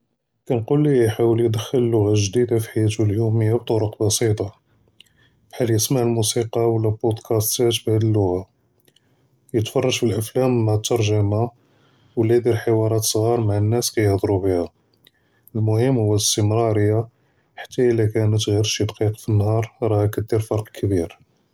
אֶלְכֻּל יְחָאוֶול יְדְכְּל לוּגָ'ה גְ'דִידָה פִּי חְיַאתוּ אֶלְיוֹמִיָּה בִּטְרוּק בְּסִיטָה, בְּחָאל יִשְׁמַע מוּסִיקָּא וְלָא בּוּדְקַאסְטַאת פִּי הָאדֶ לְלוּגָ'ה, וְיִתְפָּרְג' פִּי אֶלְאַפְלַאם מַע אֶתְתַּרְגֶ'מָה וְלָא יְדִיר חְוָארָאת סְעָ'אר מַע אֶלְנָאס כַּיְהְדְרוּ בִּיהָ, אֶלְמוּהִם הֻוָּא אֶלְאִסְתִמְרָארִיָּה חַתָּא אִלָּא כָּאנֶת עַ'יר שִׁי דְּקָאיִק פִּי אֶנְהָאר רָאהָא כַּתְדִיר פֶרְק כְּבִּיר.